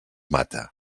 mata